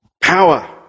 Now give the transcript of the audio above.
Power